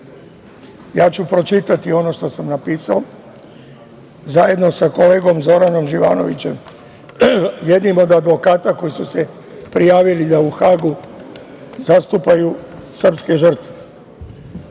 ja ću pročitati ono što sam napisao zajedno sa kolegom Zoranom Živanovićem, jednim od advokata koji su se prijavili da u Hagu zastupaju srpske žrtve. Ove